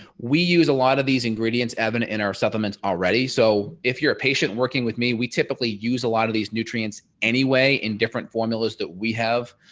we use a lot of these ingredients even in our supplements already. so if you're a patient working with me we typically use a lot of these nutrients anyway in different formulas that we have.